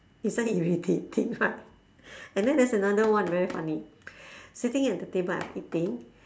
isn't it irritating right and then there's another one very funny sitting at the table I'm eating